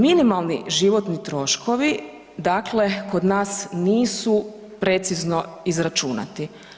Minimalni životni troškovi dakle kod nas nisu precizno izračunati.